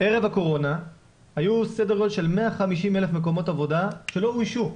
ערב הקורונה היו סדר גודל של 150,000 מקומות עבודה שלא אוישו.